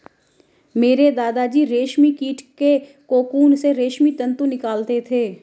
मेरे दादा जी रेशमी कीट के कोकून से रेशमी तंतु निकालते थे